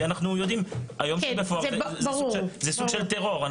כי אנחנו יודעים, היום --- ברור, ברור.